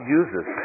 uses